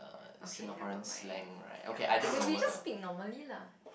okay never mind ya but as in we just speak normally lah